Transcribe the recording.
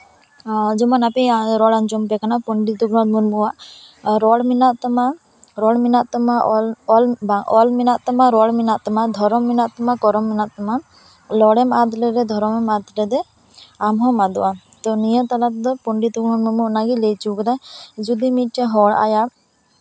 ᱡᱮᱢᱚᱱ ᱟᱯᱮᱭᱟᱜ ᱨᱚᱲ ᱟᱸᱡᱚᱢ ᱟᱯᱮ ᱠᱟᱱᱟ ᱯᱚᱸᱰᱤᱛ ᱨᱟᱹᱜᱷᱩᱱᱟᱛᱷ ᱢᱩᱨᱢᱩᱣᱟᱜ ᱨᱚᱲ ᱢᱮᱱᱟᱜ ᱛᱟᱢᱟ ᱨᱚᱲ ᱢᱮᱱᱟᱜ ᱛᱟᱢᱟ ᱚᱞ ᱢᱮᱱᱟᱜ ᱵᱟ ᱚᱞ ᱢᱮᱱᱟᱜ ᱛᱟᱢᱟ ᱨᱚᱲ ᱢᱮᱱᱟᱜ ᱛᱟᱢᱟ ᱫᱷᱚᱨᱚᱢ ᱢᱮᱱᱟᱜ ᱛᱟᱢᱟ ᱠᱚᱨᱚᱢ ᱢᱮᱱᱟᱜ ᱛᱟᱢᱟ ᱨᱚᱲᱮᱢ ᱟᱫ ᱞᱮᱨᱮ ᱫᱷᱚᱨᱚᱢᱮᱢ ᱟᱫ ᱞᱮᱨᱮ ᱟᱢᱦᱚᱸᱢ ᱟᱫᱚᱜᱼᱟ ᱛᱚ ᱱᱤᱭᱟᱹ ᱛᱟᱞᱟ ᱛᱮᱫᱚ ᱯᱚᱱᱰᱤᱛ ᱨᱟᱹᱜᱷᱩᱱᱟᱛᱷ ᱢᱩᱨᱢᱩ ᱚᱱᱟᱜᱮᱭ ᱞᱟᱹᱭ ᱦᱚᱪᱚᱣᱟᱠᱟᱫᱟ ᱡᱩᱫᱤ ᱢᱤᱫᱴᱮᱡ ᱦᱚᱲ ᱟᱭᱟᱜ